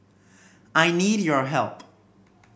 I need your help